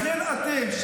לכן אתם,